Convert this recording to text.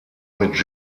mit